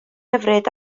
hyfryd